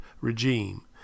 regime